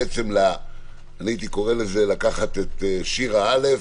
בעצם הייתי קורא לזה לקחת את שיר"ה א'